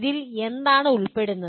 ഇതിൽ എന്താണ് ഉൾപ്പെടുന്നത്